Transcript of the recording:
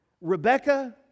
Rebecca